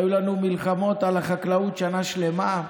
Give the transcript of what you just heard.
היו לנו מלחמות על החקלאות שנה שלמה.